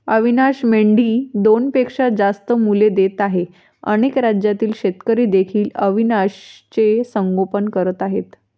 अविशान मेंढी दोनपेक्षा जास्त मुले देत आहे अनेक राज्यातील शेतकरी देखील अविशानचे संगोपन करत आहेत